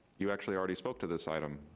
you actually already spoke to this item